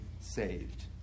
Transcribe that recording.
saved